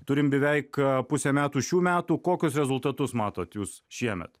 turim beveik pusę metų šių metų kokius rezultatus matot jūs šiemet